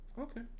okay